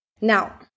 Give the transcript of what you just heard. Now